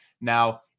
now